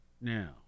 Now